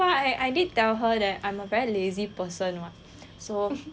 but I did tell her that I'm a very lazy person [what] so